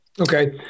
Okay